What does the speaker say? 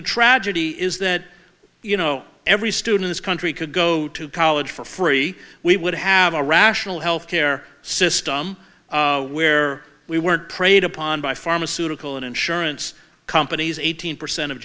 the tragedy is that you know every student this country could go to college for free we would have a rational health care system where we weren't preyed upon by pharmaceutical and insurance companies eighteen percent of